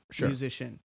musician